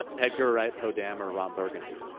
edgar wright poe dameron burgundy.